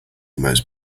most